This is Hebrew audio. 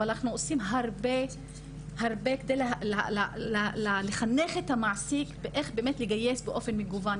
אבל אנחנו עושים הרבה כדי לחנך את המעסיק איך באמת לגייס באופן מגוון.